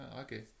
Okay